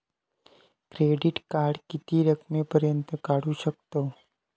Credit card किती रकमेपर्यंत काढू शकतव?